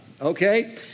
Okay